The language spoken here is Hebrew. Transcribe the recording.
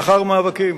לאחר מאבקים,